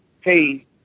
hey